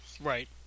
Right